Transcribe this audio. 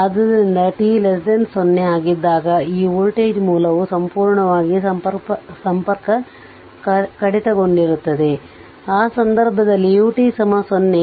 ಆದ್ದರಿಂದ t 0 ಆಗಿದ್ದಾಗ ಈ ವೋಲ್ಟೇಜ್ ಮೂಲವು ಸಂಪೂರ್ಣವಾಗಿ ಸಂಪರ್ಕ ಕಡಿತಗೊಂಡಿರುತ್ತದೆ ಆ ಸಂದರ್ಭದಲ್ಲಿ u 0